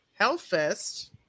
Hellfest